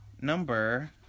Number